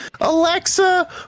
Alexa